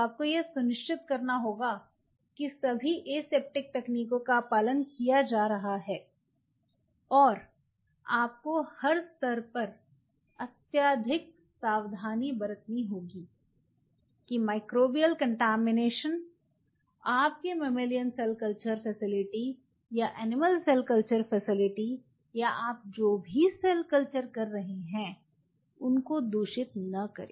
आपको यह सुनिश्चित करना होगा कि सभी एसेप्टिक तकनीकों का पालन किया जा रहा है और आपको हर स्तर पर अत्यधिक सावधानी बरतनी होगी कि माइक्रोबियल कंटैमिनेशन आपके ममेलियन सेल कल्चर फैसिलिटी या एनिमल सेल कल्चर फैसिलिटी या आप जो भी सेल कल्चर कर रहे हैं उनको दूषित न करे